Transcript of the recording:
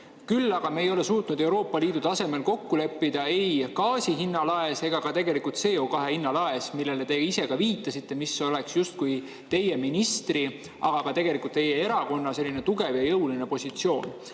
Küll aga me ei ole suutnud Euroopa Liidu tasemel kokku leppida ei gaasi hinna laes ega ka tegelikult CO2hinna laes, millele te ise ka viitasite, mis oleks justkui teie kui ministri, aga tegelikult ka teie erakonna tugev, jõuline positsioon.